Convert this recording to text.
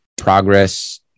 progress